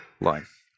life